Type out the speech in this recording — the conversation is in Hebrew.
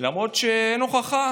למרות שאין הוכחה